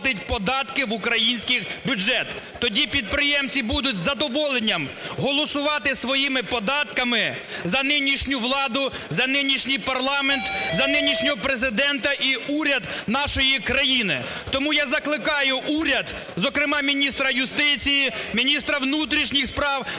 Тоді підприємці будуть із задоволенням голосувати своїми податками за нинішню владу, за нинішній парламент, за нинішнього Президента і уряд нашої країни. Тому я закликаю уряд, зокрема, міністра юстиції, міністра внутрішніх справ,